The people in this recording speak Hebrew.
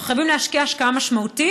אנחנו חייבים להשקיע השקעה משמעותית,